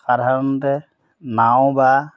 সাধাৰণতে নাও বা